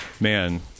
Man